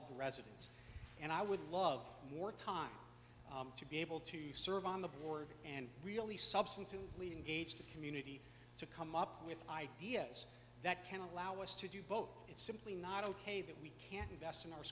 of the residents and i would love more time to be able to serve on the board and really substance to we engage the community to come up with ideas that can allow us to do both it's simply not ok that we can't invest in our